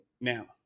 now